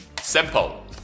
Simple